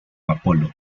apolo